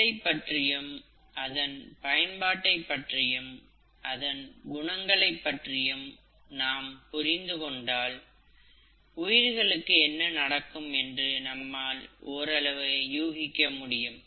செல்லை பற்றியும் அதன் பயன்பாட்டைப் பற்றியும் அதன் குணங்களைப் பற்றியும் நாம் புரிந்து கொண்டால் உயிர்களுக்கு என்ன நடக்கும் என்று நம்மால் ஓரளவு யூகிக்க முடியும்